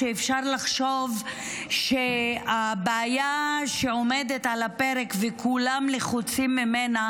ואפשר לחשוב שהבעיה שעומדת על הפרק וכולם לחוצים ממנה